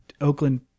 Oakland